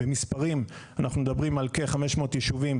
במספרים אנחנו מדברים על כ-500 יישובים